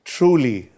Truly